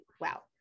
wow